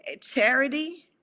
Charity